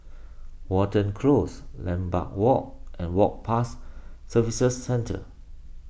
Watten Close Lambeth Walk and Work Pass Services Centre